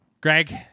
Greg